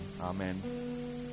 Amen